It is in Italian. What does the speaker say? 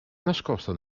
nascosta